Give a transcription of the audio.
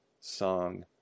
song